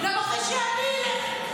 גם אחרי שאני אלך,